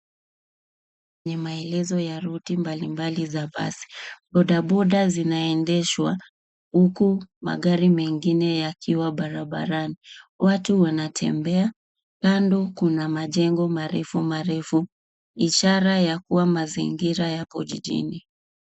Haya ni maelezo ya ruti mbalimbali za basi, bodaboda zinaendeshwa huku magari mengine yakiwa barabarani. Watu wanatembea, kando kuna majengo marefu marefu, ishara ya kuwa mazingira yako jijini.